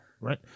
right